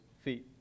feet